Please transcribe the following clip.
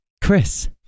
Chris